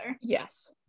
Yes